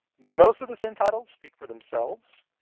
most of the sin titles speak for themselves,